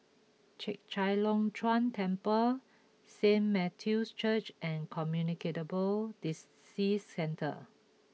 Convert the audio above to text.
Chek Chai Long Chuen Temple Saint Matthew's Church and Communicate ball Disease Centre